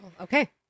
Okay